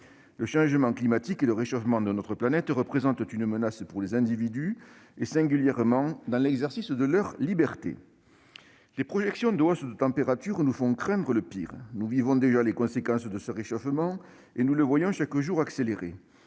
Le changement climatique et le réchauffement de notre planète représentent une menace pour les individus, et singulièrement dans l'exercice de leurs libertés. Les projections de hausses de température nous font craindre le pire. Nous vivons déjà les conséquences du réchauffement, et nous le voyons chaque jour accélérer.